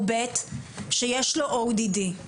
או ב' שיש לו ODD?